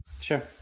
Sure